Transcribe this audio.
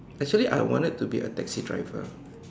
actually I wanted to be a taxi driver